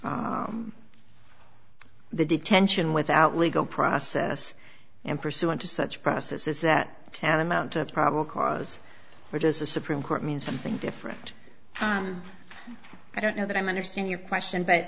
does the detention without legal process and pursuant to such process is that tantamount to a problem cause which is the supreme court means something different i don't know that i'm understand your question but